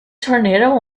tornado